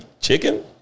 chicken